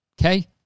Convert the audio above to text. Okay